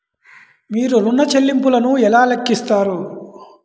మీరు ఋణ ల్లింపులను ఎలా లెక్కిస్తారు?